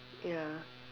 ya